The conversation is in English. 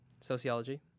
sociology